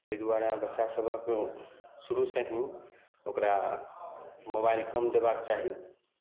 ताहि दुआरे बच्चा सभके शुरू से ही ओकरा मोबाइल कम देबाके चाही